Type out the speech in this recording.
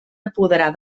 apoderar